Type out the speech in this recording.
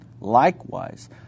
Likewise